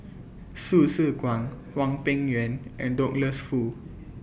Hsu Tse Kwang Hwang Peng Yuan and Douglas Foo